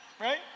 right